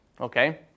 Okay